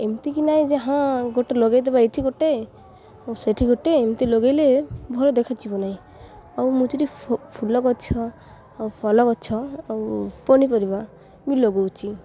ଏମିତିକି ନାହିଁ ଯେ ହଁ ଗୋଟେ ଲଗାଇ ଦେବା ଏଇଠି ଗୋଟେ ସେଠି ଗୋଟେ ଏମିତି ଲଗାଇଲେ ଭଲ ଦେଖାଯିବ ନାହିଁ ଆଉ ମୁଁ ସେଠି ଫୁଲ ଗଛ ଆଉ ଫଲ ଗଛ ଆଉ ପନିପରିବା ବିଁ ଲଗାଉଛି